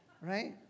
right